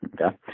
Okay